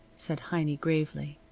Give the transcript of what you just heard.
said heiny gravely,